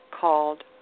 Called